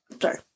Sorry